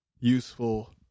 useful